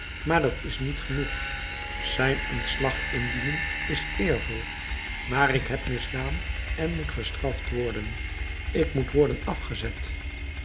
maar dat is niet genoeg zijn ontslag indienen is eervol maar ik heb misdaan en moet gestraft worden ik moet worden afgezet